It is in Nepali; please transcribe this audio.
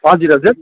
हजुर हजुर